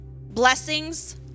blessings